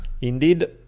Indeed